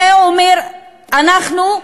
זה אומר: אנחנו,